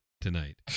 tonight